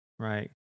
right